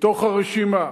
מתוך הרשימה.